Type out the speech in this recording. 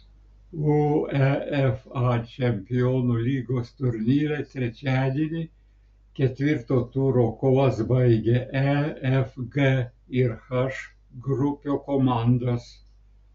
uefa čempionų lygos turnyre trečiadienį ketvirto turo kovas baigė e f g ir h grupių komandos